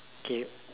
okay